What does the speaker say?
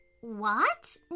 What